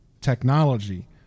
technology